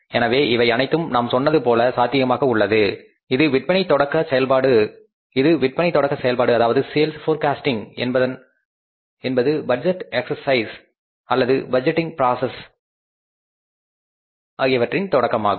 எனவே இவை அனைத்தும் நான் சொன்னது போல சாத்தியமாக உள்ளது இது விற்பனை தொடக்க செயல்பாடு அதாவது சேல்ஸ் போர் காஸ்டிங் என்பது பட்ஜெட் எக்சர்ஸைஸ் அல்லது பட்ஜெட்டிங் ப்ரஸெஸ் தொடக்கமாகும்